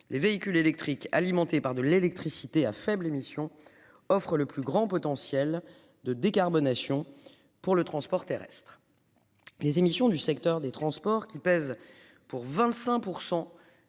les véhicules électriques alimentés par de l'électricité à faible émission offrent le plus grand potentiel de décarbonation pour le transport terrestre. Les émissions du secteur des transports qui pèsent pour 25%.